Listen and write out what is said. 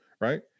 Right